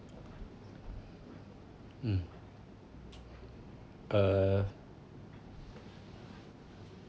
mm uh